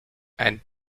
ein